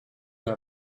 dans